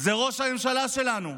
הוא ראש הממשלה שלנו,